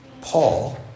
Paul